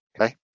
Okay